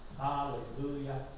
Hallelujah